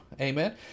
Amen